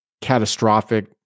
catastrophic